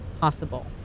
possible